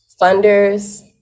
funders